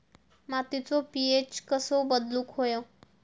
मातीचो पी.एच कसो बदलुक होयो?